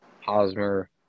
Hosmer